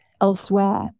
elsewhere